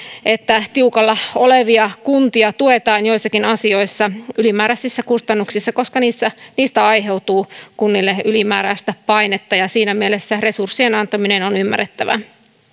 että tiukalla olevia kuntia tuetaan joissakin asioissa ylimääräisissä kustannuksissa koska niistä aiheutuu kunnille ylimääräistä painetta ja siinä mielessä resurssien antaminen on ymmärrettävää